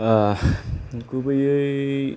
गुबैयै